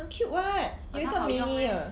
很 cute [what] 有一个 mini 的